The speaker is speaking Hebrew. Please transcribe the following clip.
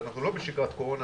אנחנו לא בשגרת קורונה,